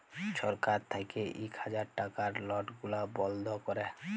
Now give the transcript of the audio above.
ছরকার থ্যাইকে ইক হাজার টাকার লট গুলা বল্ধ ক্যরে